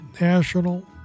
national